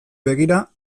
begira